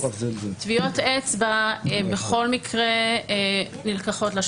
טביעות אצבע בכל מקרה נלקחות,